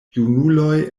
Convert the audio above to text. junuloj